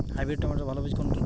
Hybrid টমেটোর ভালো বীজ কোনটি?